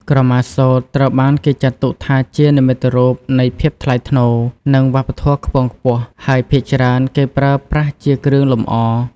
ក្រមាសូត្រត្រូវបានគេចាត់ទុកថាជានិមិត្តរូបនៃភាពថ្លៃថ្នូរ និងវប្បធម៌ខ្ពង់ខ្ពស់ ហើយភាគច្រើនគេប្រើប្រាស់ជាគ្រឿងលម្អ។